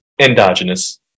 endogenous